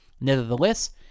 Nevertheless